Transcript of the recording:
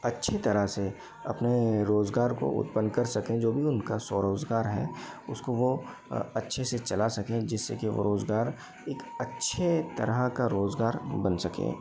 अच्छी तरह से अपने रोजगार को उत्पन्न कर सके जो भी उनका स्वरोजगार है उसको वो अच्छे से चला सके जिससे की वो रोजगार एक अच्छे तरह का रोजगार बन सके